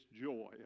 joy